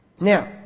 Now